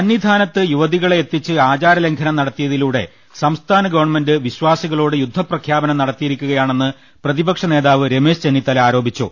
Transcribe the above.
സന്നിധാനത്ത് യുവതികളെ എത്തിച്ച് ആചാരലംഘനം നടത്തിയതി ലൂടെ സംസ്ഥാന ഗവൺമെന്റ് വിശ്വാസികളോട് യുദ്ധപ്രഖ്യാപനം നട ത്തിയിരിക്കുകയാണെന്ന് പ്രതിപക്ഷനേതാവ് രമേശ് ചെന്നിത്തല ആരോ പിച്ചു